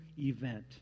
event